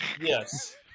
Yes